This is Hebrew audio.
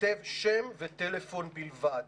ייכתב שם וטלפון בלבד.